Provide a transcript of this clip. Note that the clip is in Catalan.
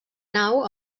nau